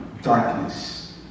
darkness